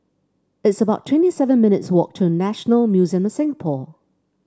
it's about twenty seven minutes' walk to National Museum of Singapore